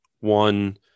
one